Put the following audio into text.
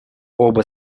оба